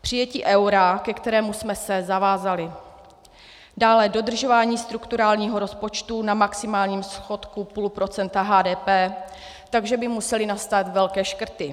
Přijetí eura, ke kterému jsme se zavázali, dále dodržování strukturálního rozpočtu na maximálním schodku 0,5 % HDP, takže by musely nastat velké škrty.